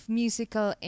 musical